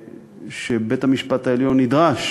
שבית-המשפט העליון נדרש